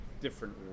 different